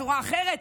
בצורה אחרת,